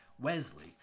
Wesley